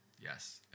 Yes